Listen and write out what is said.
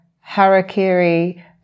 Harakiri